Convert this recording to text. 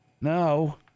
No